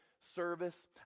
service